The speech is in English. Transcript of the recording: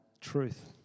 Truth